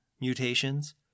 mutations